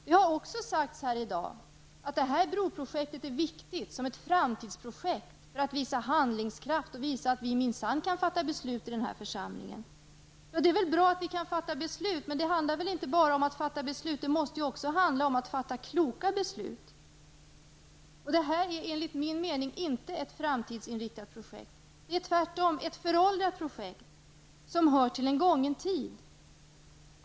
Det har i dag även sagts att detta broprojekt är viktigt som ett framtidsprojekt för att vi skall visa handlingskraft och för att vi skall visa att vi minsann kan fatta beslut i denna församling. Det är väl bra att vi kan fatta beslut. Men det handlar väl inte bara om att fatta beslut. Det måste också handla om att fatta kloka beslut. Och detta är enligt min mening inte ett framtidsinriktat projekt. Det är tvärtom ett föråldrat projekt som hör till en gången tid.